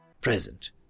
Present